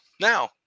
Now